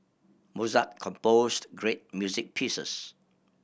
Mozart composed great music pieces